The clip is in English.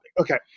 okay